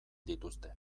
dituzte